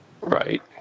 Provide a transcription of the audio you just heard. Right